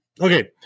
Okay